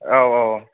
औ औ